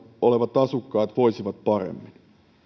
olevat asukkaat voisivat paremmin